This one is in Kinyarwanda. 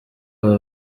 aba